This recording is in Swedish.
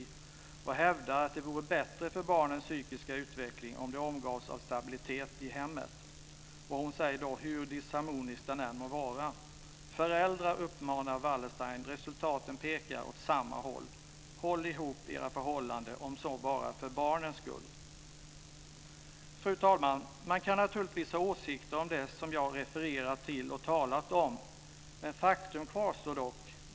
Hon hävdar att det vore bättre för barnens psykiska utveckling om de omgavs av stabilitet i hemmet, hur disharmonisk den än må vara. Föräldrar! Resultaten pekar åt samma håll. Håll ihop er förhållanden, om så bara för barnens skull! uppmanar Wallerstein. Fru talman! Man kan naturligtvis ha åsikter om det som jag refererar till och har talat om. Faktum kvarstår dock.